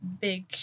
Big